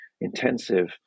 intensive